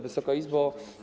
Wysoka Izbo!